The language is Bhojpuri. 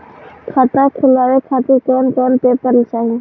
खाता खुलवाए खातिर कौन कौन पेपर चाहीं?